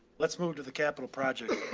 let's move to the capital projects.